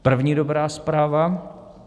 První dobrá zpráva.